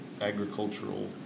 agricultural